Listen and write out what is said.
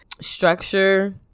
structure